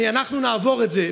אנחנו נעבור את זה.